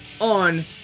on